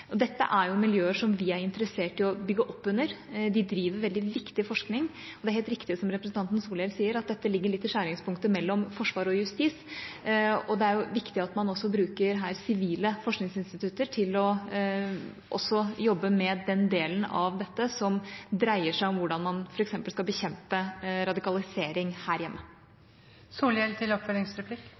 radikalisering. Dette er miljøer som vi er interessert i å bygge opp under. De driver veldig viktig forskning, og det er helt riktig som representanten Solhjell sier, at dette ligger litt i skjæringspunktet mellom forsvar og justis. Det er viktig at man her også bruker sivile forskningsinstitutter til å jobbe med den delen av dette som dreier seg om hvordan man f.eks. skal bekjempe radikalisering her